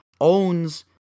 owns